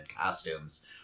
costumes